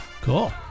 Cool